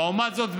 לעומת זאת,